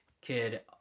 kid